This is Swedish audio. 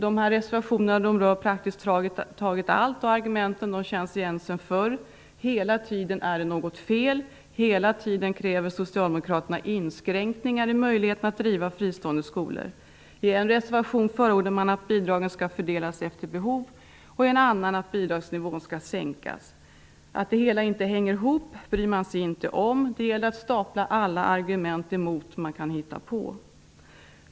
Dessa reservationer rör praktiskt taget allt. Argumenten känns igen sedan förr. Hela tiden är det något fel. Hela tiden kräver Socialdemokraterna inskränkningar i möjligheterna att driva fristående skolor. I en reservation förordar man att bidragen skall fördelas efter behov och i en annan att bidragsnivån skall sänkas. Att det hela inte hänger ihop bryr man sig inte om. Det gäller att stapla alla argument som man kan hitta.